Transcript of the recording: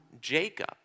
Jacob